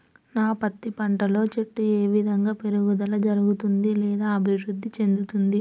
నా పత్తి పంట లో చెట్టు ఏ విధంగా పెరుగుదల జరుగుతుంది లేదా అభివృద్ధి చెందుతుంది?